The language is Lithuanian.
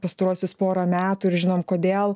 pastaruosius porą metų ir žinom kodėl